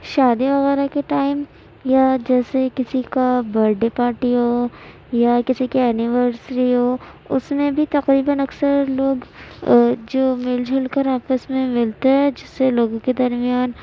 شادیوں وغیرہ کے ٹائم یا جیسے کسی کا بڈے پارٹی ہو یا کسی کی اینیورسری ہو اس میں بھی تقریباً اکثر لوگ جو مل جل کر آپس میں ملتے ہیں جس سے لوگوں کے درمیان